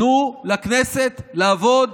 תנו לכנסת לעבוד,